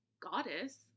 Goddess